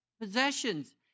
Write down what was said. Possessions